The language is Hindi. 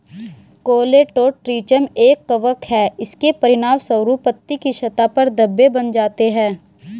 कोलेटोट्रिचम एक कवक है, इसके परिणामस्वरूप पत्ती की सतह पर धब्बे बन जाते हैं